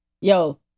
Yo